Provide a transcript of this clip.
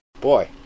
boy